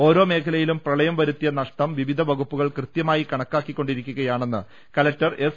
ഓരോ മേഖലയിലും പ്രളയം വരുത്തിയ നഷ്ടം വിവിധ വകുപ്പുകൾ കൃത്യമായി കണക്കാക്കി കൊണ്ടിരിക്കുക യാണെന്ന് കലക്ടർ എസ്